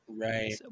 right